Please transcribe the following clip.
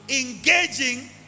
engaging